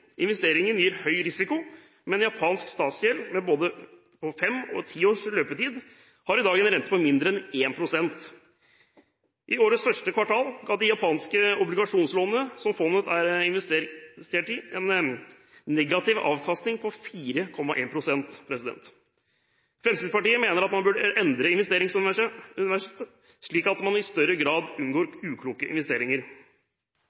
Investeringen gir høy risiko, men japansk statsgjeld med både fem og ti års løpetid har i dag en rente på mindre enn 1 pst. I årets første kvartal ga de japanske obligasjonslånene som fondet har investert i, en negativ avkastning på 4,1 pst. Fremskrittspartiet mener at man at burde endre investeringsuniverset slik at man i større grad unngår